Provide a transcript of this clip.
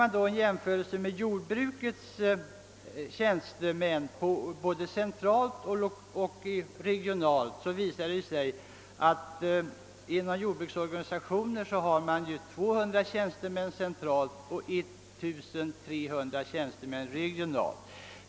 Man kan jämföra med jordbrukets tjänstemän, både centralt och regionalt, och då visar det sig att det där finns 200 tjänstemän centralt och 1300 regionalt.